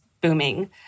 booming